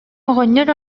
оҕонньор